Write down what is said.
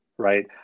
Right